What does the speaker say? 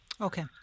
Okay